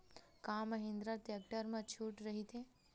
का महिंद्रा टेक्टर मा छुट राइथे?